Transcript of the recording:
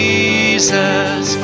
Jesus